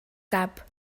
cap